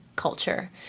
culture